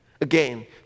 Again